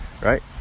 right